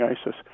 ISIS